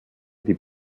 die